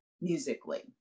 musically